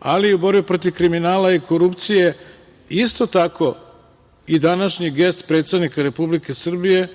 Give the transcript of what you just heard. ali i u borbi protiv kriminala i korupcije, isto tako i današnji gest predsednika Republike Srbije,